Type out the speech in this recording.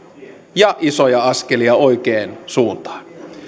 ja isoja askelia oikeaan suuntaan